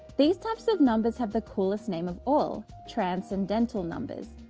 these types of numbers have the coolest name of all transcendental numbers,